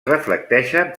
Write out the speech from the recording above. reflecteixen